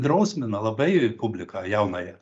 drausmina labai publiką jaunąją